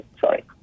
Sorry